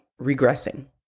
regressing